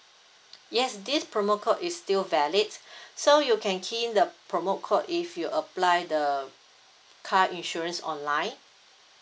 yes this promo code is still valid so you can key in the promo code if you apply the car insurance online